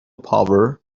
power